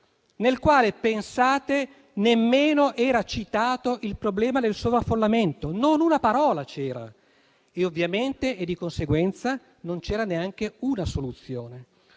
nel quale nemmeno era citato il problema del sovraffollamento; non c'era una sola parola e ovviamente, di conseguenza, non c'era neanche una soluzione.